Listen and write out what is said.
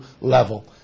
level